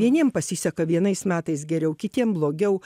vieniem pasiseka vienais metais geriau kitiem blogiau